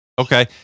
Okay